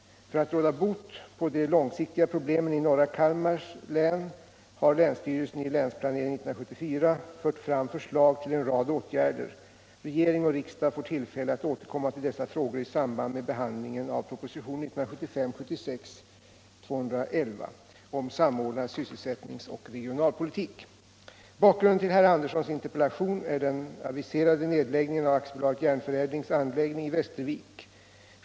För att råda bot på de långsiktiga problemen i norra Kalmar län har länsstyrelsen i länsplanering 1974 fört fram förslag till en rad åtgärder. Regering och riksdag får tillfälle att återkomma till dessa frågor i samband med behandlingen av propositionen 1975/76:211 om samordnad sysselsättningsoch regionalpolitik. Bakgrunden till herr Anderssons interpellation är den aviserade nedläggningen av AB Järnförädlings anläggning i Västervik.